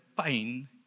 pain